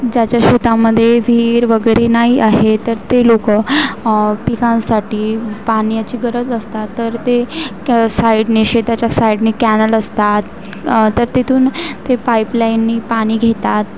ज्याच्या शेतामध्ये विहीर वगैरे नाही आहे तर ते लोकं पिकांसाठी पाण्याची गरज असता तर ते तर साईडने शेताच्या साइडने कॅनल असतात तर तिथून ते पाईपलाईनने पाणी घेतात